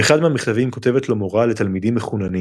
באחד מהמכתבים כותבת לו מורה לתלמידים מחוננים